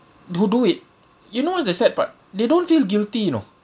who do it you know what's the sad part they don't feel guilty you know